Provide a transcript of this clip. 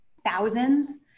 thousands